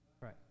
Right